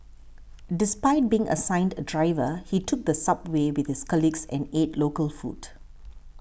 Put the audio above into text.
despite being assigned a driver he took the subway with his colleagues and ate local food